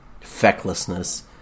fecklessness